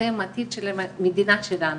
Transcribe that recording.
אתם העתיד של המדינה שלנו,